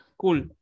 Cool